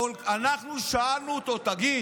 אנחנו שאלנו אותו: תגיד,